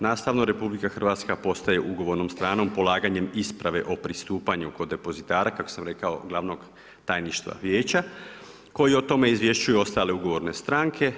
Nastavno, Republika Hrvatska postaje ugovornom stranom polaganjem isprave o pristupanju kod depozitara kako sam rekao Glavnog tajništva Vijeća koji o tome izvješćuje ostale ugovorne stranke.